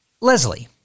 Leslie